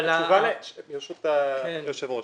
ברשות היושב ראש,